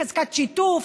חזקת שיתוף,